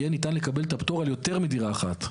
יהיה ניתן לקבל את הפטור על יותר מדירה אחת.